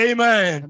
Amen